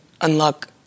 Unlock